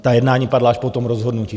Ta jednání padla až po tom rozhodnutí.